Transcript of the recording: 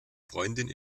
freundin